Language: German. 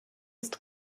ist